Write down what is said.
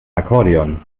akkordeon